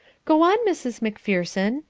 go on, mrs. macpherson,